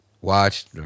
watched